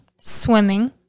swimming